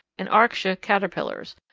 and arctia caterpillars,